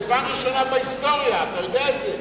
זה פעם ראשונה בהיסטוריה, אתה יודע את זה.